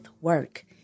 work